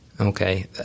Okay